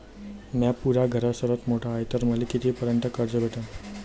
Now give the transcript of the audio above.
म्या पुऱ्या घरात सर्वांत मोठा हाय तर मले किती पर्यंत कर्ज भेटन?